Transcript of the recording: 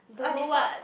I did thought